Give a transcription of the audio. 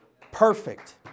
Perfect